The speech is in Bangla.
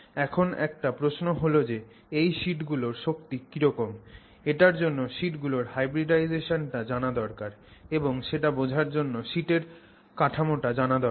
এখন একটা প্রশ্ন হল যে এই শিট গুলোর শক্তি কিরকম এটার জন্য শিট গুলোর hybridization টা জানা দরকার এবং সেটা বোঝার জন্য শিটের কাঠামোটা জানা দরকার